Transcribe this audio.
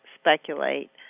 speculate